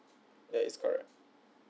that is correct